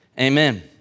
Amen